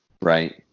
right